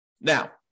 Now